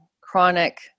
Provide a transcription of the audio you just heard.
chronic